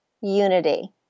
unity